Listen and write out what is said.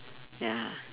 ya